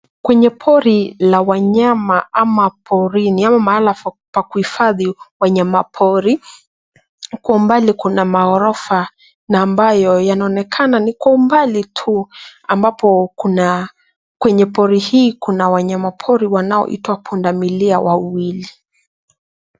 Kwenye pori, wanyama ama porini pa kuhifadhi wanyama pori. Huko mbali pana ghorofa na ambayo yanaonekana ni kwa umbali tu ambapo penye pori hii kuna wanyama pori wanaoitwa punda milia wawili.